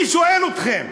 אני שואל אתכם.